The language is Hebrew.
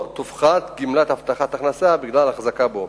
תופחת גמלת הבטחת הכנסה בגלל החזקה בו.